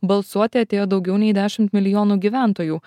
balsuoti atėjo daugiau nei dešimt milijonų gyventojų